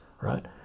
right